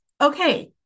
Okay